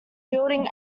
building